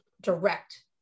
direct